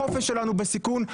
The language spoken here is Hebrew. החופש שלנו בסיכון,